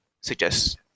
suggest